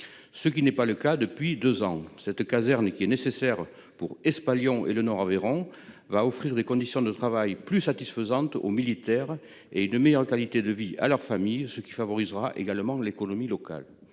Ce qui n'est pas le cas depuis 2 ans cette caserne et qui est nécessaire pour España, Lyon et le nord Aveyron va offrir des conditions de travail plus satisfaisante aux militaires et de meilleure qualité de vie à leurs familles ce qui favorisera également de l'économie locale.